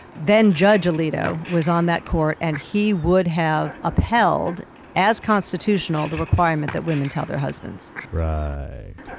then-judge alito was on that court, and he would have upheld as constitutional the requirement that women tell their husbands. right.